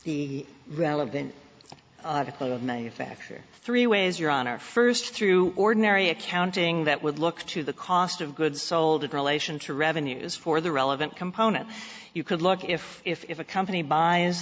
the relevant manufacturer three ways your honor first through ordinary accounting that would look to the cost of goods sold in relation to revenues for the relevant component you could look if if a company buys